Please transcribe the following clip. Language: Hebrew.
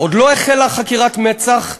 עוד לא החלה חקירת מצ"ח,